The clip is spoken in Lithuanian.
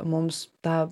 mums tą